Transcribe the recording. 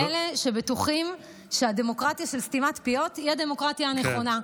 אלה שבטוחים שהדמוקרטיה של סתימת פיות היא הדמוקרטיה הנכונה כן.